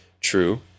True